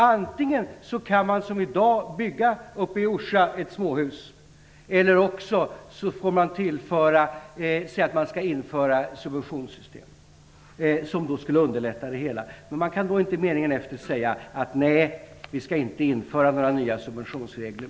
Antingen kan Ulf Björklund bygga ett småhus i Orsa under de förutsättningar som gäller i dag eller också får man införa ett subventionssystem som skulle underlätta det hela, men det går då inte att i meningen efter säga att vi inte skall införa några nya subventionsregler.